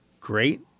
great